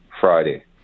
Friday